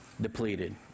Depleted